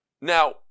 Now